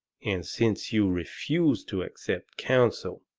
and since you refuse to accept counsel